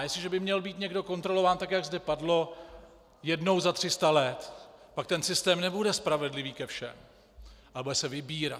Jestliže by měl být někdo kontrolován, tak jak zde padlo, jednou za 300 let, pak ten systém nebude spravedlivý ke všem, ale bude se vybírat.